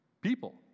people